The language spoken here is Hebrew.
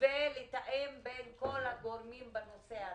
ולתאם בין כל הגורמים בנושא הזה?